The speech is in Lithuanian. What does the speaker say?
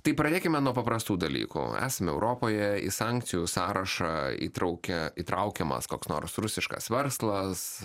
tai pradėkime nuo paprastų dalykų esame europoje į sankcijų sąrašą įtraukia įtraukiamas koks nors rusiškas verslas